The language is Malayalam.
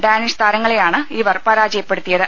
ഡാനിഷ് താരങ്ങളെയാണ് ഇവർ പരാജയപ്പെടുത്തിയ ത്